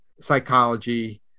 psychology